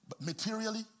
materially